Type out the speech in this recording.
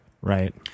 Right